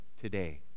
today